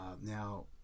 Now